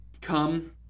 come